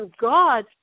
God